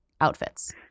outfits